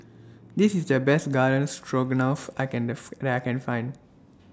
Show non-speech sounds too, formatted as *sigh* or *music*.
This IS The Best Garden Stroganoff I Can *unintelligible* that I Can Find